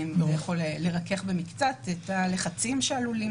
זה יכול לרכך במקצת את הלחצים שעלולים